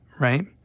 right